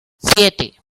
siete